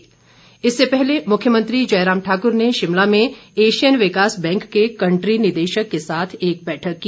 मुख्यमंत्री इससे पहले मुख्यमंत्री जयराम ठाकुर ने शिमला में एशियन विकास बैंक के कन्ट्री निदेशक के साथ एक बैठक की